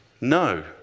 No